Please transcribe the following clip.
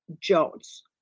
Jones